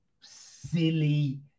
silly